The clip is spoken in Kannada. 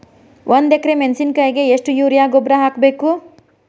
ಒಂದು ಎಕ್ರೆ ಮೆಣಸಿನಕಾಯಿಗೆ ಎಷ್ಟು ಯೂರಿಯಾ ಗೊಬ್ಬರ ಹಾಕ್ಬೇಕು?